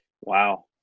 Wow